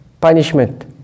punishment